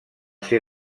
ser